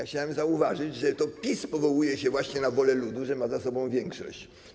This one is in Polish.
Chciałbym zauważyć, że to PiS powołuje się właśnie na wolę ludu, że ma za sobą większość.